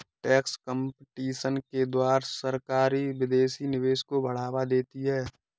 tax competition के द्वारा सरकारी विदेशी निवेश को बढ़ावा देती है